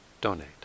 donate